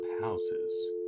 houses